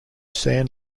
san